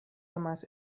amas